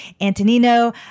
Antonino